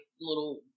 little